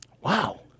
Wow